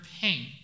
pain